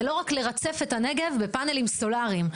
זה לא רק לרצף את הנגב בפאנלים סולאריים,